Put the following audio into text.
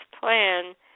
plan